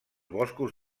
boscos